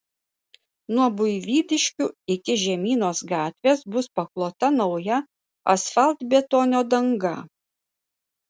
nuo buivydiškių iki žemynos gatvės bus paklota nauja asfaltbetonio danga